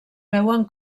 veuen